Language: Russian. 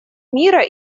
мира